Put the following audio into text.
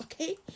Okay